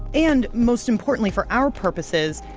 and, most importantly for our purposes,